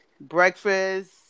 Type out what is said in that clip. Breakfast